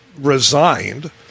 resigned